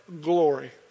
glory